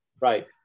Right